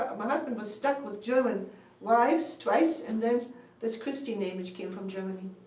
ah my husband was stuck with german wives twice, and then this christy name, which came from germany.